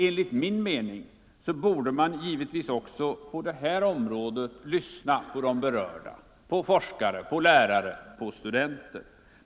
Enligt min mening borde man givetvis också på det här området lyssna på de berörda: på forskare, på lärare, på studenter.